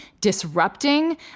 disrupting